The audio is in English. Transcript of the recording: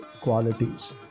qualities